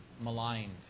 maligned